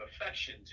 affection